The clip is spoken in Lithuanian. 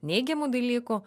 neigiamų dalykų